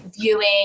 viewing